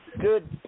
good